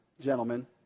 Gentlemen